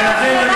אבל זה בטרומית,